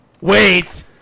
Wait